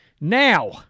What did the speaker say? Now